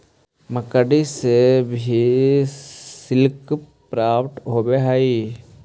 मकड़ि से भी सिल्क प्राप्त होवऽ हई